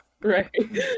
right